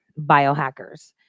biohackers